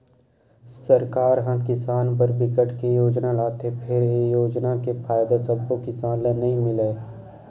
सरकार ह किसान बर बिकट के योजना लाथे फेर ए योजना के फायदा सब्बो किसान ल नइ मिलय